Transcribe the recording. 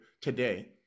today